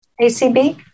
ACB